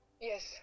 Yes